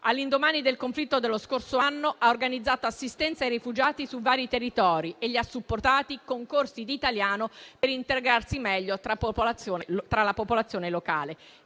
All'indomani del conflitto dello scorso anno ha organizzato assistenza ai rifugiati su vari territori e li ha supportati con corsi di italiano per integrarsi meglio con la popolazione locale.